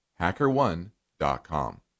HackerOne.com